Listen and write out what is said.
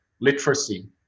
literacy